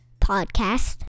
Podcast